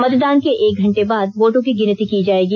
मतदान के एक घंटे बाद वोटों की गिनती की जाएगी